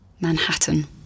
Manhattan